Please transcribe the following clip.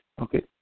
Okay